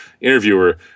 interviewer